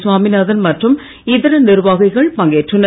சாமிநாதன் மற்றும் இதர நிர்வாகிகள் பங்கேற்றனர்